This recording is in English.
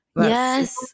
yes